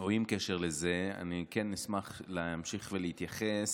או עם קשר לזה, אני כן אשמח להמשיך ולהתייחס